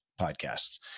podcasts